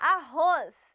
Arroz